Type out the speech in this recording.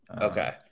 Okay